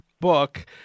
book